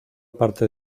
parte